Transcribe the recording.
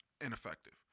ineffective